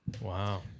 Wow